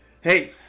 hey